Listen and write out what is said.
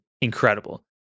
incredible